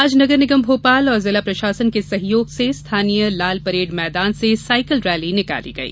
आज नगर निगम भोपाल और जिला प्रशासन के सहयोग से स्थानिय लालपरेड़ मैदान से साइकल रैली निकाली गई